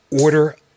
order